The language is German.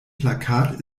plakat